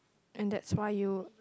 and that's why you